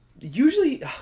usually